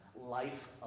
life